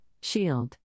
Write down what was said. Shield